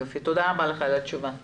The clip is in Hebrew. תודה רבה לך על התשובה.